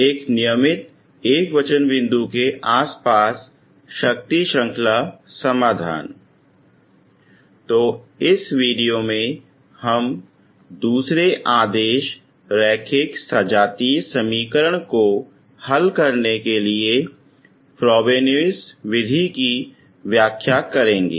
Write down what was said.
एक नियमित एकवचन बिंदु के आसपास शक्ति श्रंख्ला समाधान तो इस वीडियो में हम दूसरे आदेश रैखिक सजातीय समीकरण को हल करने के लिए फ़्रोबेनिउस विधि की व्याख्या करेंगे